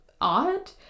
odd